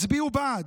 הצביעו בעד,